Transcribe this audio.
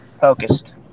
focused